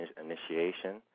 initiation